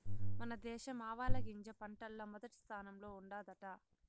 మన దేశం ఆవాలగింజ పంటల్ల మొదటి స్థానంలో ఉండాదట